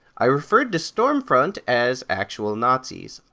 i referred to stormfront as actual nazis.